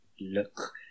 look